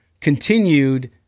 continued